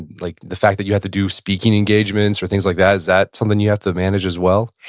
and like the fact that you have to do speaking engagements or things like that, is that something you have to manage as well?